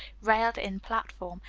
railed-in platform,